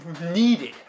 needed